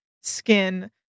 skin